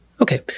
Okay